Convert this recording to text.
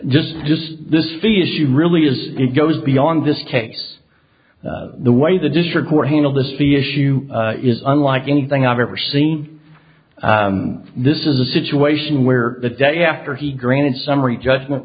just just this fee issue really is it goes beyond this case the way the district court handled the see issue is unlike anything i've ever seen this is a situation where the day after he granted summary judgment